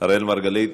אראל מרגלית,